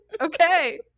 okay